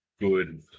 good